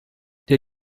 der